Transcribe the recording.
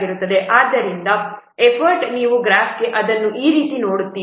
ಆದ್ದರಿಂದ ಎಫರ್ಟ್ಗಾಗಿ ನೀವು ಗ್ರಾಫ್ ಅನ್ನು ಈ ರೀತಿ ನೋಡುತ್ತೀರಿ